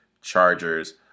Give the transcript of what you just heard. Chargers